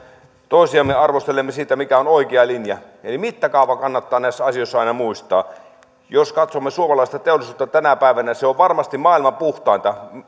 toisiamme arvostelemme siitä mikä on oikea linja eli mittakaava kannattaa näissä asioissa aina muistaa jos katsomme suomalaista teollisuutta tänä päivänä se on varmasti maailman puhtainta